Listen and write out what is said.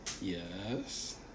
Yes